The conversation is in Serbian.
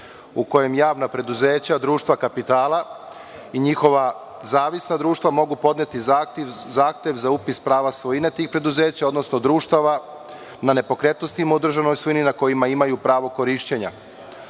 u kojem javna preduzeća, društva kapitala i njihova zavisna društva mogu podneti zahtev za upis prava svojine tih preduzeća, odnosno društava na nepokretnostima u državnoj svojini na kojima imaju prava korišćenja. Imajući